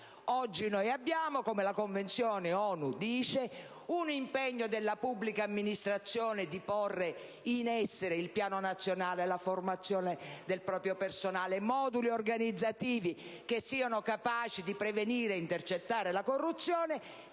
Oggi noi abbiamo, come la Convenzione ONU prevede, un impegno della pubblica amministrazione a porre in essere il Piano nazionale anticorruzione, la formazione del proprio personale, moduli organizzativi capaci di prevenire e intercettare la corruzione;